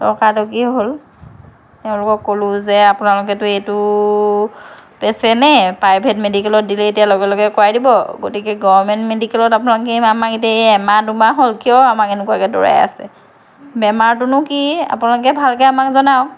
তৰ্কা তৰ্কিয়ে হ'ল তেওঁলোকক ক'লোঁ যে আপোনালোকেতো এইটো পেচেণ্টেই প্ৰাইভেট মেডিকেলত দিলে এতিয়া লগে লগে কৰাই দিব গতিকে গভৰ্ণমেণ্ট মেডিকেলত আপোনালোকে আমাক এতিয়া এই এমাহ দুমাহ হ'ল কিয় আমাক এনেকুৱাকৈ দৌৰাই আছে বেমাৰটোনো কি আপোনালোকে ভালকৈ আমাক জনাওঁক